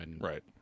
Right